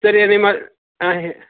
sir ಇದು ನಿಮ್ಮ ಹಾಂ ಹೇ